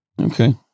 Okay